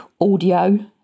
audio